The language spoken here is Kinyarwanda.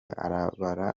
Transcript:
arabara